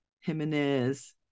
Jimenez